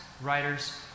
writers